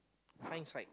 fine side